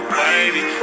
baby